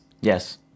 Yes